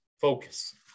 focus